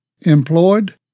employed